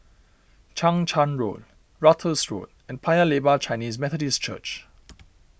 Chang Charn Road Ratus Road and Paya Lebar Chinese Methodist Church